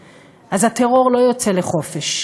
משום שהטרור לא יוצא לחופש,